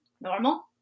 normal